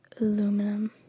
Aluminum